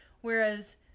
whereas